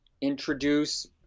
introduce